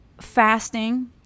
fasting